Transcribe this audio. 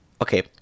okay